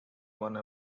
one